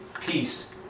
Peace